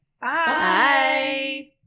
Bye